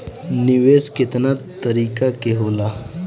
निवेस केतना तरीका के होला?